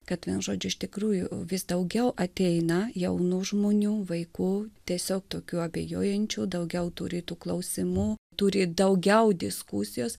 kad vienu žodžiu iš tikrųjų vis daugiau ateina jaunų žmonių vaikų tiesiog tokių abejojančių daugiau tų rytų klausimu turi daugiau diskusijos